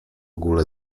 ogólę